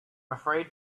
afraid